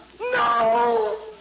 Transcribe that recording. no